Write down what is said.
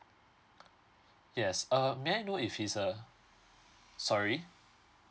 yes uh may I know if he's a sorry